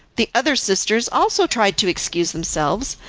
the other sisters also tried to excuse themselves,